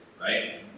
right